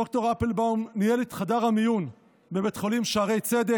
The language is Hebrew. ד"ר אפלבאום ניהל את חדר המיון בבית החולים שערי צדק,